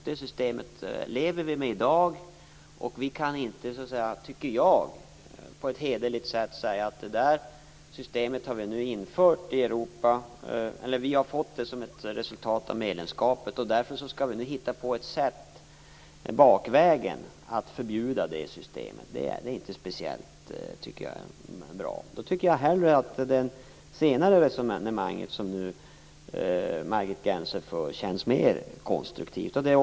Det systemet lever vi med i dag, och jag tycker inte att vi på ett hederligt sätt kan säga att vi har fått systemet som ett resultat av EU-medlemskapet och att vi därför skall hitta på ett sätt att bakvägen förbjuda systemet. Det vore inte speciellt bra. Då tycker jag att det senare resonemanget som Margit Gennser för känns mer konstruktivt.